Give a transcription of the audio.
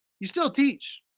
you still teach.